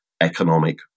economic